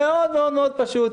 מאוד מאוד מאוד פשוט,